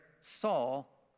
Saul